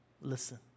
listen